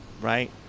Right